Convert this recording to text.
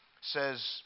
says